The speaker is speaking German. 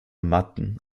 matten